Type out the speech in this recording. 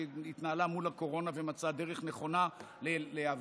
שהתנהלה מול הקורונה ומצאה דרך נכונה להיאבק